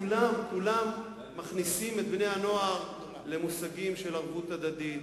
כולם מכניסים את בני-הנוער למושגים של ערבות הדדית,